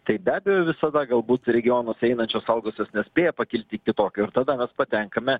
tai be abejo visada galbūt regionuose einančios algos jos nespėja pakilti iki tokio ir tada mes patenkame